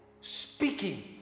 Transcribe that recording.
speaking